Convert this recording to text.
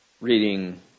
reading